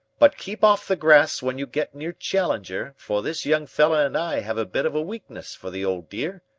but keep off the grass when you get near challenger, for this young fellah and i have a bit of a weakness for the old dear.